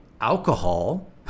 alcohol